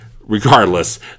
regardless